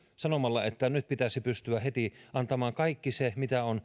sanomalla että nyt pitäisi pystyä heti antamaan takaisin kaikki se mitä on kenties